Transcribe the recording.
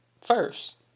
first